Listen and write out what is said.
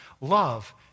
love